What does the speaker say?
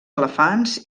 elefants